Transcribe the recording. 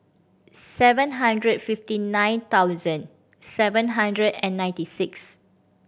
seven hundred fifty nine thousand seven hundred and ninety six